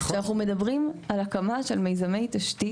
כשאנחנו מדברים על הקמה של מיזמי תשתית,